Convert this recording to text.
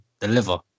deliver